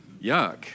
Yuck